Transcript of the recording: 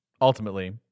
ultimately